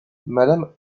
mmes